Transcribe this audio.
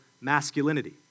Masculinity